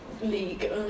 league